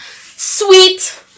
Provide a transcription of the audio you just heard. sweet